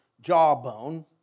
jawbone